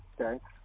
Okay